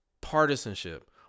partisanship